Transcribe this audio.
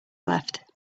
left